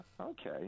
Okay